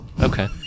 Okay